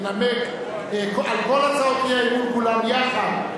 על כל הצעות האי-אמון כולן יחד,